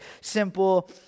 simple